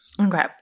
Okay